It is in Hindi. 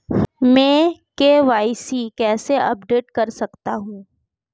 मैं के.वाई.सी कैसे अपडेट कर सकता हूं?